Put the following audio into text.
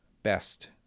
best